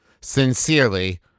Sincerely